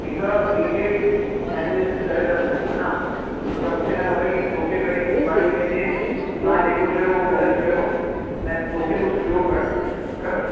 हिकु detail analysis करे था सघूं अञा छो त मूंखे न खपे कि तोखे भाई सुभाणे ईअं थिए मां जेको चयो उहो ग़लति चयो ऐं तोखे कुझु ॿियो करिणो हुयो बरोबर